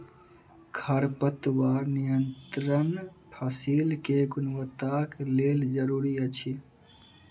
खरपतवार नियंत्रण फसील के गुणवत्ताक लेल जरूरी अछि